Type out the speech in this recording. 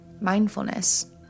Mindfulness